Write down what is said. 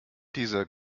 dieser